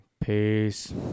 peace